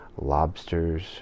lobsters